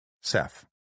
Seth